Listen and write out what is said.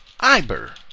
Iber